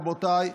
רבותיי,